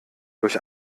durch